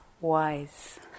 wise